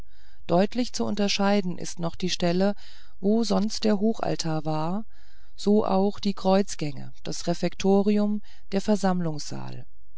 deutlich zu unterscheiden ist noch die stelle wo sonst der hochaltar war so auch die kreuzgänge das refektorium der